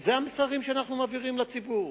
אלה המסרים שאנחנו מעבירים לציבור.